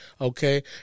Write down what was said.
Okay